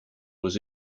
was